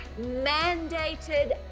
mandated